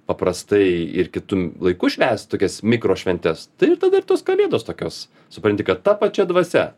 paprastai ir kitu laiku švęst tokias mikrošventes tai ir tada ir tos kalėdos tokios supranti kad ta pačia dvasia